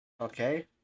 Okay